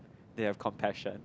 they have compassion